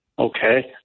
Okay